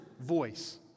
voice